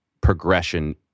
progression